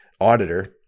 auditor